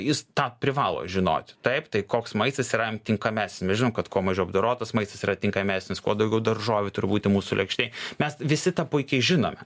jis tą privalo žinoti taip tai koks maistas yra jam tinkamesnis mes žinom kad kuo mažiau apdorotas maistas yra tinkamesnis kuo daugiau daržovių turi būti mūsų lėkštėj mes visi tą puikiai žinome